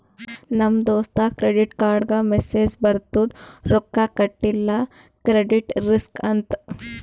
ನಮ್ ದೋಸ್ತಗ್ ಕ್ರೆಡಿಟ್ ಕಾರ್ಡ್ಗ ಮೆಸ್ಸೇಜ್ ಬರ್ತುದ್ ರೊಕ್ಕಾ ಕಟಿಲ್ಲ ಕ್ರೆಡಿಟ್ ರಿಸ್ಕ್ ಅಂತ್